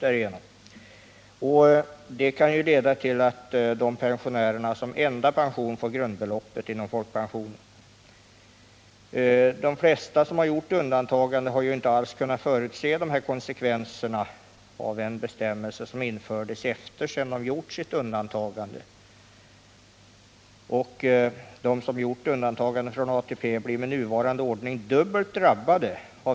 Bestämmelserna kan leda till att de ifrågavarande pensionärerna endast får folkpensionens grundbelopp. De flesta som har begärt undantag har ju inte alls kunnat förutse konsekvenserna av den bestämmelse som infördes efter det att undantagandet gjorts. De som begärt undantagande från ATP blir med den nuvarande ordningen dubbelt drabbade.